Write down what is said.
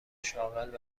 شاغل